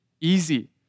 easy